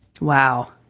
Wow